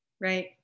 Right